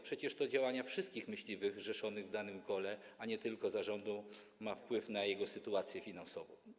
Przecież to działanie wszystkich myśliwych zrzeszonych w danym kole, a nie tylko zarządu, ma wpływ na jego sytuację finansową.